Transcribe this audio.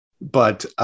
But-